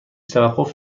توقف